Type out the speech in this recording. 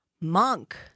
Monk